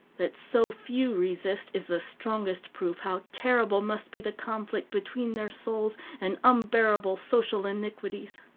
that so few resist is the strongest proof how terrible must be the conflict between their souls and unbearable social iniquities.